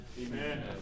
Amen